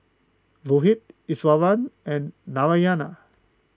Rohit Iswaran and Narayana